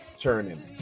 turning